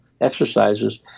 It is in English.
exercises